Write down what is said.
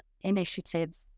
initiatives